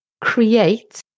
create